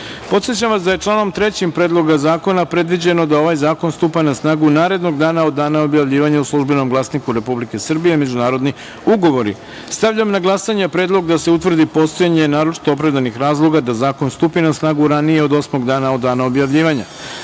načelu. Podsećam vas da je članom 3. Predloga zakona predviđeno da ovaj zakon stupa na snagu narednog dana od dana objavljivanja u „Službenom glasniku Republike Srbije – Međunarodni ugovori“.Stavljam na glasanje predlog da se utvrdi postojanje naročito opravdanih razloga da zakon stupi na snagu ranije od osmog dana od dana objavljivanja. Molim